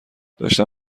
داشتم